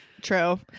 true